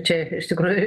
čia iš tikrųjų